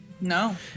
no